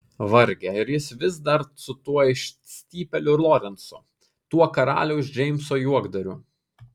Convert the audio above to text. varge ir jis vis dar su tuo išstypėliu lorencu tuo karaliaus džeimso juokdariu